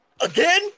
again